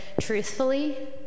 truthfully